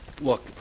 Look